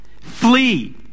Flee